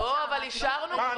אבל אישרנו כבר.